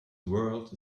world